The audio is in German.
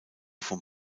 vom